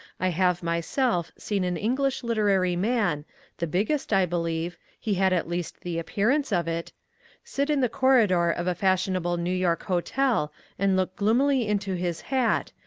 i have myself seen an english literary man the biggest, i believe he had at least the appearance of it sit in the corridor of a fashionable new york hotel and look gloomily into his hat,